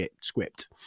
script